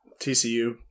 TCU